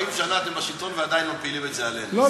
שנה אתם בשלטון ועדיין מפילים את זה עלינו.